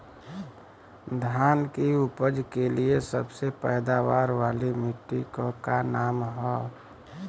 धान की उपज के लिए सबसे पैदावार वाली मिट्टी क का नाम ह?